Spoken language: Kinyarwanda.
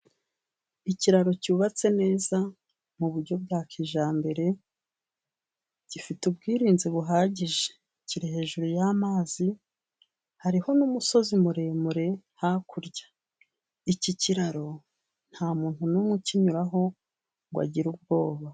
Ikiraro cyubatse neza mu buryo bwa kijyambere, gifite ubwirinzi buhagije, kiri hejuru y'amazi, hariho n'umusozi muremure hakurya. Iki kiraro nta muntu n'umwe ukinyuraho ngo agire ubwoba.